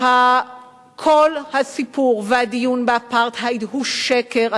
כל הסיפור והדיון באפרטהייד הוא שקר.